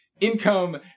income